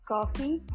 Coffee